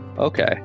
Okay